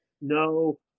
no